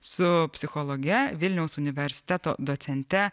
su psichologe vilniaus universiteto docente